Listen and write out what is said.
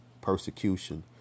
persecution